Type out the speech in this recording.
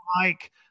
Mike